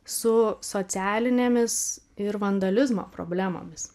su socialinėmis ir vandalizmo problemomis